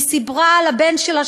והיא סיפרה על הבן שלה,